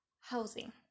housing